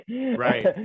Right